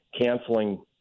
canceling